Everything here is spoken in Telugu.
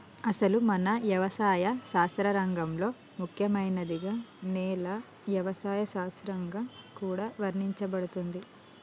అసలు మన యవసాయ శాస్త్ర రంగంలో ముఖ్యమైనదిగా నేల యవసాయ శాస్త్రంగా కూడా వర్ణించబడుతుంది